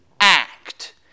act